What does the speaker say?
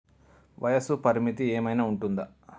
వయస్సు పరిమితి ఏమైనా ఉంటుందా?